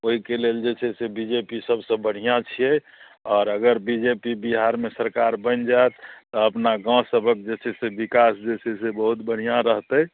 ओइके लेल जे छै से बी जे पी सबसँ बढ़आँ छियै आओर अगर बी जे पी बिहारमे सरकार बनि जायत तऽ अपना गाँव सभक जे छै से विकास जे छै से बहुत बढ़िआँ रहतै